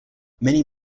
many